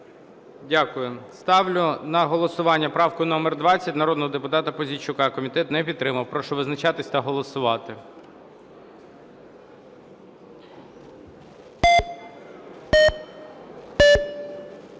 Дякую. Ставлю на голосування правку номер 20 народного депутата Пузійчука. Комітет не підтримав. Прошу визначатись та голосувати.